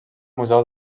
museu